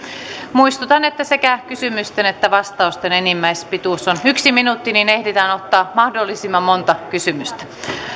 muistutan että sekä kysymysten että vastausten enimmäispituus on yksi minuutti niin ehditään ottaa mahdollisimman monta kysymystä